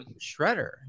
Shredder